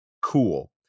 cool